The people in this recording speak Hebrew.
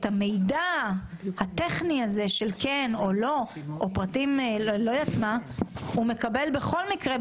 את המידע הטכני הזה של כן או לא הוא מקבל בכל מקרה,